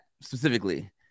specifically